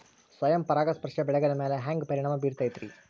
ಸ್ವಯಂ ಪರಾಗಸ್ಪರ್ಶ ಬೆಳೆಗಳ ಮ್ಯಾಲ ಹ್ಯಾಂಗ ಪರಿಣಾಮ ಬಿರ್ತೈತ್ರಿ?